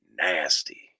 nasty